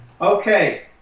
okay